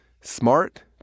Smart